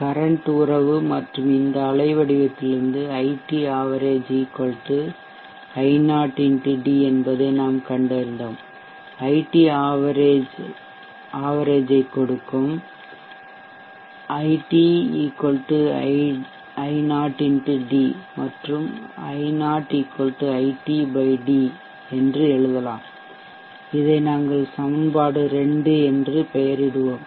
current உறவு மற்றும் இந்த அலைவடிவத்திலிருந்து ஐடி ஆவரேஜ்சராசரி I0 x d என்பதை நாம் கண்டறிந்தோம் ஐடி ஆவரேஜ்சராசரியைக் கொடுக்கும் It I0 x d மற்றும் I0 It d என்று எழுதலாம் இதை நாங்கள் சமன்பாடு 2 என்று பெயரிடுவோம்